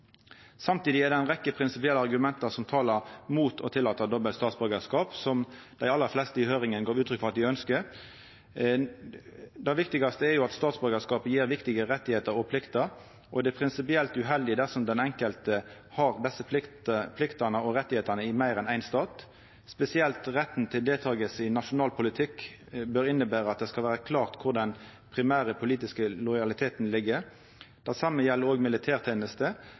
Samtidig er det ei rekkje prinsipielle argument som talar mot å tillata dobbel statsborgarskap, som dei aller fleste i høyringa gav uttrykk for at dei ønskte. Det viktigaste er jo at statsborgarskapen gjev viktige rettar og pliktar, og det er prinsipielt uheldig dersom den enkelte har desse pliktane og rettane i meir enn ein stat; spesielt retten til deltaking i nasjonal politikk bør innebera at det skal vera klart kor den primære politiske lojaliteten ligg. Det same gjeld òg militærteneste,